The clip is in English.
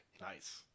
Nice